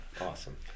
Awesome